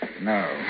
No